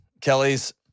Kelly's